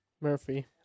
Murphy